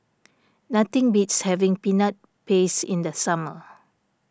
nothing beats having Peanut Paste in the summer